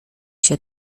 się